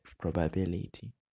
probability